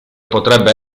potrebbe